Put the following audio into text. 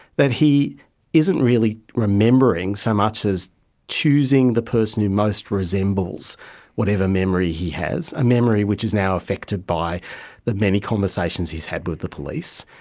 that he isn't really remembering so much as choosing the person who most resembles whatever memory he has, a memory which is now affected by the many conversations he has had with the police.